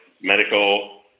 medical